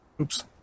Oops